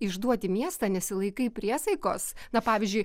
išduodi miestą nesilaikai priesaikos na pavyzdžiui